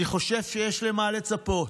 אני חושב שיש למה לצפות.